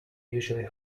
usually